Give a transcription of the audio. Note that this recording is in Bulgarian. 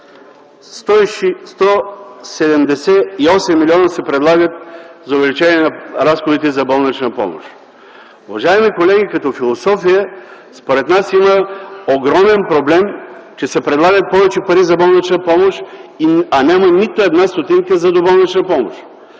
178 млн. лв. се предлагат за увеличение на разходите за болнична помощ. Уважаеми колеги, като философия според нас има огромен проблем, че се предлагат повече пари за болнична помощ, а няма нито една стотинка за доболнична помощ.